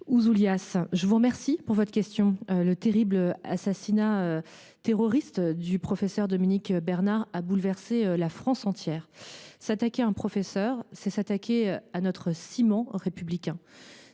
Ouzoulias, je vous remercie de votre question : le terrible assassinat terroriste du professeur Dominique Bernard a bouleversé la France entière. S’attaquer à un professeur, c’est s’attaquer à notre ciment républicain.